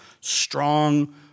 strong